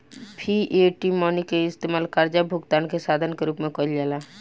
fiat money के इस्तमाल कर्जा भुगतान के साधन के रूप में कईल जाला